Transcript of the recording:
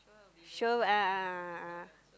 sure will a'ah a'ah